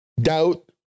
doubt